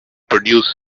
produced